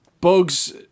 Bugs